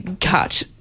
cut